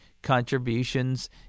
Contributions